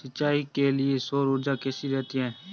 सिंचाई के लिए सौर ऊर्जा कैसी रहती है?